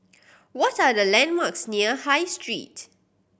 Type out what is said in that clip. what are the landmarks near High Street